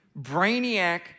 brainiac